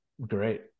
great